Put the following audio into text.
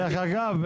דרך אגב,